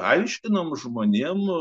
aiškinom žmonėm